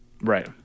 right